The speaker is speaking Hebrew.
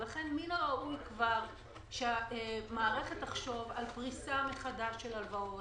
לכן מן הראוי כבר שהמערכת תחשוב על פריסה מחדש של הלוואות,